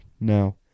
no